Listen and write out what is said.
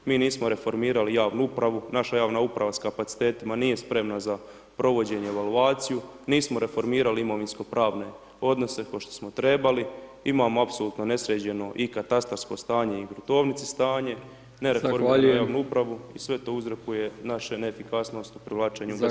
Mi nismo reformirali javnu upravu, naša javna uprava sa kapacitetima nije spremna za provođenje i evaluaciju, nismo reformirali imovinsko pravne odnose kao što smo trebali, imamo apsolutno nesređeno i katastarsko stanje i u gruntovnici stanje, nereformiranu javnu upravu i sve to uzrokuje našu neefikasnost i provlačenju ... sredstava.